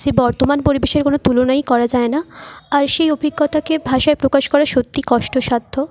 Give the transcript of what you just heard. যে বর্তমান পরিবেশের কোনো তুলনাই করা যায় না আর সেই অভিজ্ঞতাকে ভাষায় প্রকাশ করা সত্যি কষ্টসাধ্য